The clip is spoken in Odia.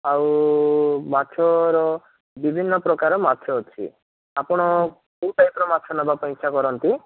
ଆଉ ମାଛର ବିଭିନ୍ନ ପ୍ରକାର ମାଛ ଅଛି ଆପଣ କେଉଁ ଟାଇପ୍ର ମାଛ ନେବା ପାଇଁ ଇଚ୍ଛା କରନ୍ତି